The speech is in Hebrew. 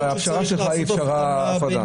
הפשרה שלך היא פשרה נכונה.